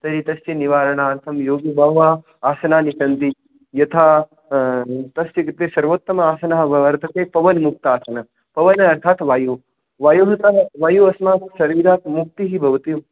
तर्हि तस्य निवारणार्थं योगे बहवः आसनानि सन्ति यथा तस्य कृते सर्वोत्तमासनः वर्तते पवनमुक्तासनः पवन अर्थात् वायुः वायुतः वायु अस्माकं शरीरात् मुक्तिः भवति